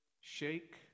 shake